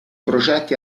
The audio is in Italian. progetti